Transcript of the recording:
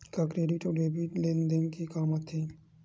का क्रेडिट अउ डेबिट लेन देन के काम आथे?